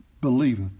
believeth